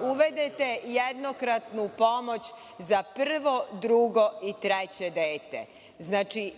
uvedete jednokratnu pomoć za prvo, drugo i treće